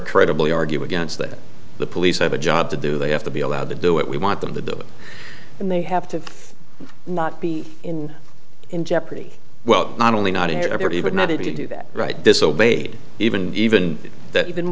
credibly argue against that the police have a job to do they have to be allowed to do it we want them to do it and they have to not be in jeopardy well not only not everybody not to do that right disobeyed even even that even